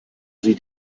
sie